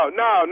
no